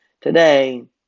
today